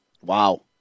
Wow